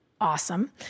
Awesome